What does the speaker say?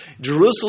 Jerusalem